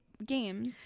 games